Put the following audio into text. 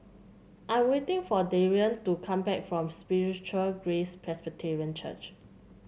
I'm waiting for Darion to come back from Spiritual Grace Presbyterian Church